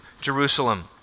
Jerusalem